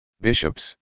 bishops